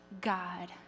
God